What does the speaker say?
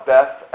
Beth